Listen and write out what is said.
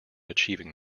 achieving